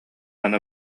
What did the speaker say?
аны